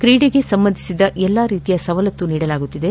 ಕ್ರೀಡೆಗೆ ಸಂಬಂಧಿಸಿದ ಎಲ್ಲ ರೀತಿಯ ಸವಲತ್ತು ನೀಡಲಾಗುತ್ತಿದೆ